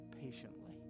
patiently